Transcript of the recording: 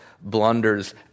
blunders